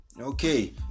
Okay